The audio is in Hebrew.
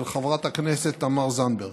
של חברת הכנסת תמר זנדברג.